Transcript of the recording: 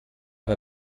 per